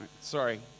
Sorry